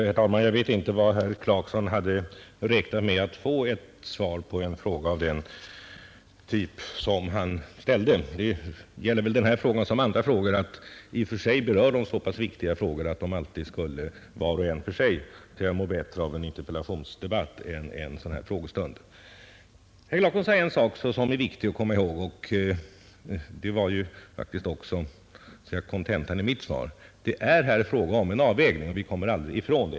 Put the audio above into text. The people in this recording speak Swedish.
Herr talman! Jag vet inte vilket svar herr Clarkson hade räknat med att få på en fråga av den typ som han ställde. Det gäller väl om denna fråga som om andra frågor, att de i och för sig berör så pass viktiga problem att de alltid var och en för sig skulle må bättre av en interpellationsdebatt än av en frågestund. En sak som är viktig att komma ihåg — det var faktiskt också kontentan av mitt svar — är att det här gäller en avvägning. Vi kommer aldrig ifrån det.